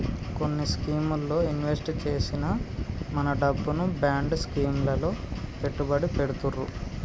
కొన్ని స్కీముల్లో ఇన్వెస్ట్ చేసిన మన డబ్బును బాండ్ స్కీం లలో పెట్టుబడి పెడతుర్రు